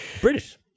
British